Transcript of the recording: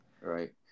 Right